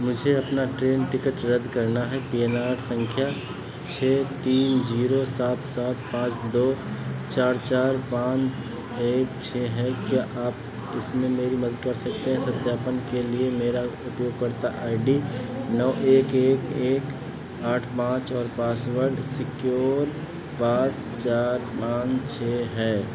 मुझे अपना train ticket रद्द करना है पी एन आर संख्या छः तीन जीरो सात सात पाँच दो चार चार पाँच एक छः है क्या आप इसमें मेरी मदद कर सकते हैं सत्यापन के लिए मेरा उपयोगकर्ता आई डी नौ एक एक एक आठ पाँच और पासवर्ड सिक्योर पास चार पाँच छः है